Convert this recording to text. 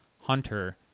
hunter